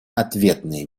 ответные